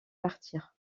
partir